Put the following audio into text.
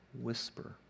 whisper